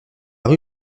rue